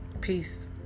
Peace